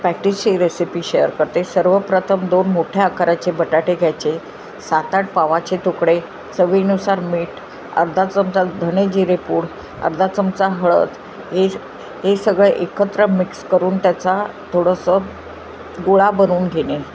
पॅटिजची recipe share करते सर्वप्रथम दोन मोठ्या आकाराचे बटाटे घ्यायचे सात आठ पावाचे तुकडे चवीनुसार मीठ अर्धा चमचा धणे जिरे पूड अर्धा चमचा हळद हे हे सगळं एकत्र मिक्स करून त्याचा थोडंसं गोळा बनवून घेणे